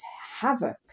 havoc